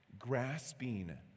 grasping